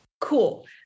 cool